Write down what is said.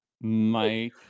Mike